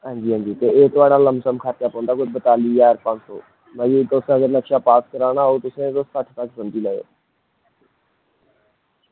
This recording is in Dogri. आं जी आं जी ते एह् थुआढ़ा लमसम खाता बनदा कोई बताली ज्हार पंज सौ ते अगर एह् तुसें नक्शा पास कराना होग ते साढ़े कशा समझी लैओ